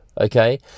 Okay